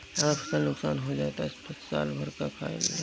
अगर फसल नुकसान हो जाई त साल भर का खाईल जाई